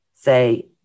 say